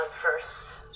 first